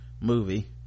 movie